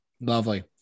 Lovely